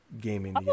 gaming